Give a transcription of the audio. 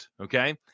Okay